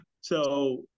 So-